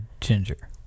ginger